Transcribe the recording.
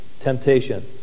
Temptation